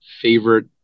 favorite